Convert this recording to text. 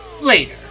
later